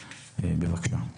בבקשה.